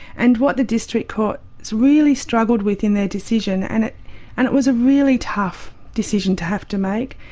and what the district court's really struggled with in their decision, and it and it was a really tough decision to have to make,